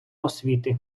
освіти